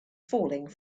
falling